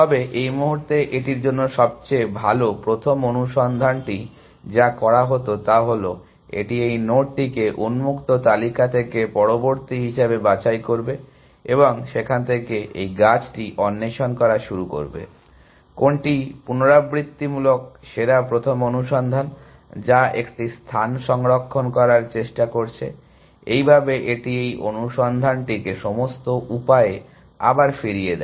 তবে এই মুহুর্তে এটির জন্য সবচেয়ে ভাল প্রথম অনুসন্ধানটি যা করা হত তা হল এটি এই নোডটিকে উন্মুক্ত তালিকা থেকে পরবর্তী হিসাবে বাছাই করবে এবং সেখান থেকে এই গাছটি অন্বেষণ করা শুরু করবে কোনটি পুনরাবৃত্তিমূলক সেরা প্রথম অনুসন্ধান যা একটি স্থান সংরক্ষণ করার চেষ্টা করছে এইভাবে এটি এই অনুসন্ধানটিকে সমস্ত উপায়ে আবার ফিরিয়ে দেয়